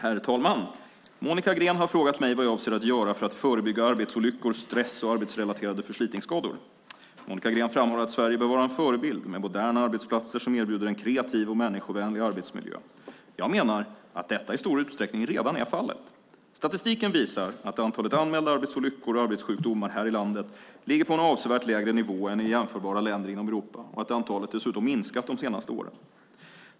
Herr talman! Monica Green har frågat mig vad jag avser att göra för att förebygga arbetsolyckor, stress och arbetsrelaterade förslitningsskador. Monica Green framhåller att Sverige bör vara en förebild med moderna arbetsplatser som erbjuder en kreativ och människovänlig arbetsmiljö. Jag menar att detta i stor utsträckning redan är fallet. Statistiken visar att antalet anmälda arbetsolyckor och arbetssjukdomar här i landet ligger på en avsevärt lägre nivå än i jämförbara länder inom Europa och att antalet dessutom minskat de senaste åren.